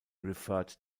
referred